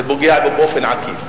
זה פוגע בו באופן עקיף.